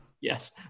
Yes